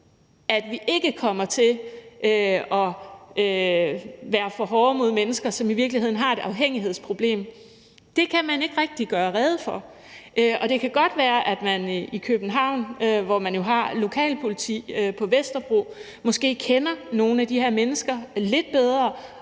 at vi ikke kommer til at være for hårde mod mennesker, som i virkeligheden har et afhængighedsproblem? Det kunne man ikke rigtig gøre rede for. Det kan godt være, at man i København, hvor man jo har lokalpoliti på Vesterbro, måske kender nogle af de her mennesker lidt bedre,